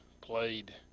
played